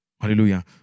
Hallelujah